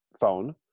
phone